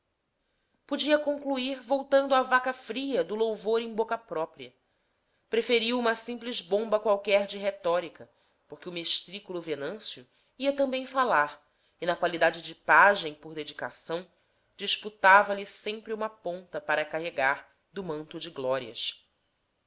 podia concluir voltando à vaca fria do louvor em boca própria preferiu uma simples bomba qualquer de retórica porque o mestrículo venâncio ia também falar e na qualidade de pajem por dedicação disputava lhe sempre uma ponta para carregar do manto de glórias